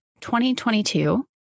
2022